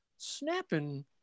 Snapping